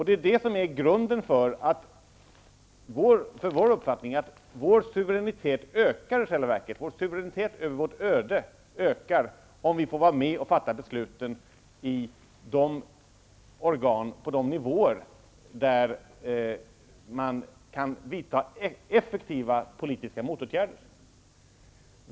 Det är det som är grunden för vår uppfattning att vår suveränitet över vårt öde i själva verket ökar om vi får vara med och fatta besluten i de organ och på de nivåer där det är möjligt att vidta effektiva politiska motåtgärder.